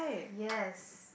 yes